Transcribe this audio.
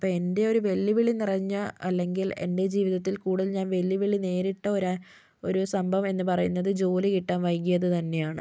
അപ്പോൾ എൻ്റെയൊരു വെല്ലുവിളി നിറഞ്ഞ അല്ലെങ്കിൽ എൻ്റെ ജീവിതത്തിൽ കൂടുതൽ ഞാൻ വെല്ലുവിളി നേരിട്ട ഒരു ഒരു സംഭവമെന്ന് പറയുന്നത് ജോലി കിട്ടാൻ വൈകിയത് തന്നെയാണ്